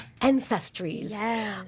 ancestries